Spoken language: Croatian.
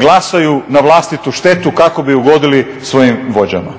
glasaju na vlastitu štetu kako bi ugodili svojim vođama.